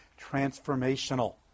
transformational